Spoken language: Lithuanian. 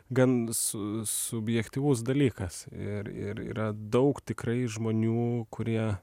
gan su subjektyvus dalykas ir ir yra daug tikrai žmonių kurie